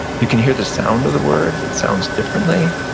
you can hear the sound of the word, it sounds differently,